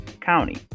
County